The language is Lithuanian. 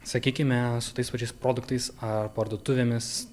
sakykime su tais pačiais produktais ar parduotuvėmis